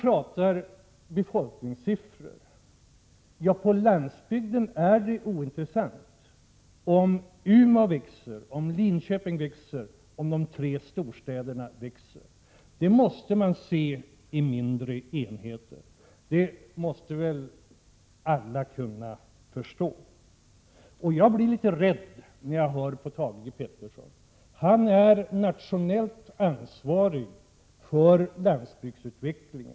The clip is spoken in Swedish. Då man talar om befolkningssiffror är det för landsbygdsboende ointressant om t.ex. Umeå växer, om Linköping växer eller om de tre storstäderna växer. Landsbygdsutvecklingen måste ses i mindre enheter. Det måste väl även Thage G Peterson kunna förstå. Jag blir rädd när jag hör på Thage G Peterson. Han är nationellt ansvarig för landsbygdsutvecklingen.